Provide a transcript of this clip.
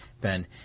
Ben